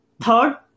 Third